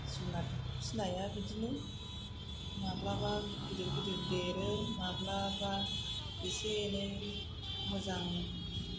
जुनाद फिनाया बिदिनो माब्लाबा गिदिर गिदिर देरो माब्लाबा एसे एनै मोजां